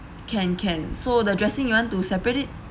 can can so the dressing you want to separate it